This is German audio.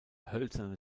hölzerne